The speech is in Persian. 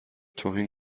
توهین